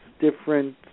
different